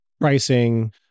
pricing